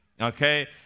okay